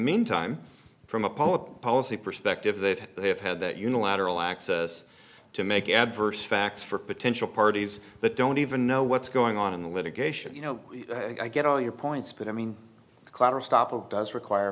meantime from a public policy perspective that they have had that unilateral access to make adverse facts for potential parties that don't even know what's going on in the litigation you know i get all your points but i mean